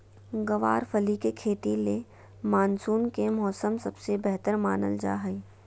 गँवार फली के खेती ले मानसून के मौसम सबसे बेहतर मानल जा हय